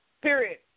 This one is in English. period